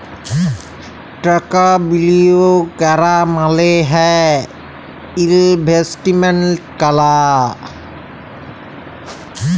টাকা বিলিয়গ ক্যরা মালে হ্যয় ইলভেস্টমেল্ট ক্যরা